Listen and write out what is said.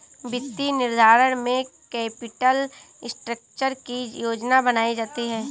वित्तीय निर्धारण में कैपिटल स्ट्रक्चर की योजना बनायीं जाती है